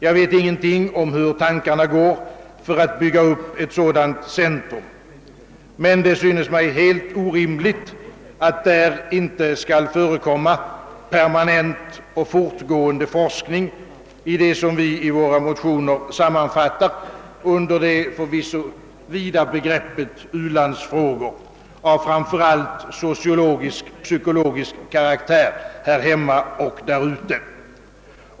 Jag vet ingenting om hur man avser att bygga upp ett sådant centrum, men det synes mig helt orimligt, att där inte skulle förekomma permanent och fortgående forskning i det som vi i våra motioner sammanfattar under det förvisso vida begreppet u-landsfrågor av framför allt sociologisk och psykologisk karaktär.